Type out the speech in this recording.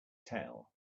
tell